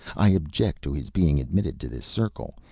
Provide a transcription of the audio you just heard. i object to his being admitted to this circle,